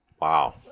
Wow